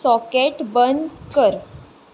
socket बंद कर